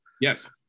Yes